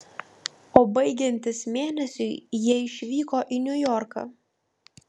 o baigiantis mėnesiui jie išvyko į niujorką